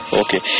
okay